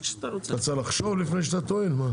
שאתה רוצה לחשוב לפני שאתה טוען?